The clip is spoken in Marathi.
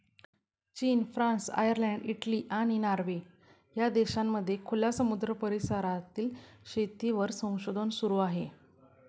चीन, फ्रान्स, आयर्लंड, इटली, आणि नॉर्वे या देशांमध्ये खुल्या समुद्र परिसरातील शेतीवर संशोधन सुरू आहे